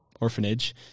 orphanage